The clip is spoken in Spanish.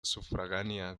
sufragánea